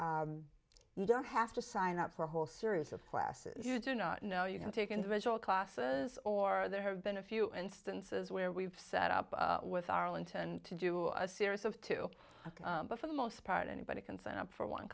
classes you don't have to sign up for a whole series of classes you do not know you can take individual classes or there have been a few instances where we've set up with arlington to do a series of two but for the most part anybody can sign up for one